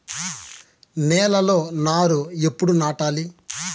నేలలో నారు ఎప్పుడు నాటాలి?